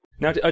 Now